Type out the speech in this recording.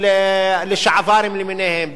של לשעברים למיניהם,